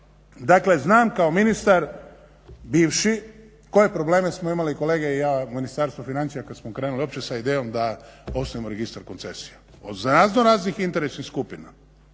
dakle znam kao ministar bivši koje probleme smo imali kolege i ja u Ministarstvu financija kad smo krenuli uopće sa idejom da osnujemo registar koncesija … raznoraznih interesnih skupina.